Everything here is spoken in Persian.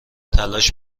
تلاش